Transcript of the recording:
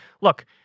look